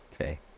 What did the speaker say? okay